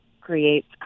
creates